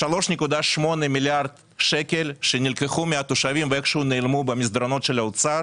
3.8 מיליארד שקלים שנלקחו התושבים ואיכשהו נעלמו במסדרונות של האוצר